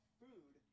food